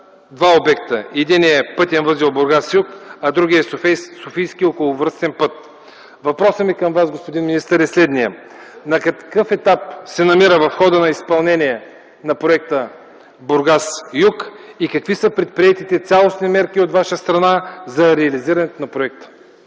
два обекта – единият е пътен възел Бургас-юг, а другият е Софийският околовръстен път. Въпросът ми към Вас, господин министър, е следният: на какъв етап се намира ходът на изпълнение на проекта Бургас-юг и какви са предприетите цялостни мерки от Ваша страна за реализирането на проекта?